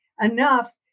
enough